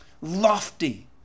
lofty